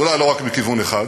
אולי לא רק מכיוון אחד,